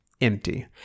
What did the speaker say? empty